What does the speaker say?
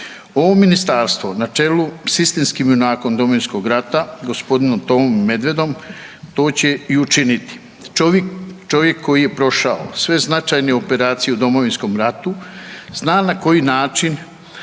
Ovo ministarstvo na čelu sa istinskim junakom Domovinskog rata gospodinom Tomom Medvedom to će i učiniti. Čovjek koji je prošao sve značajne operacije u Domovinskom ratu zna na koji način